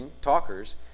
talkers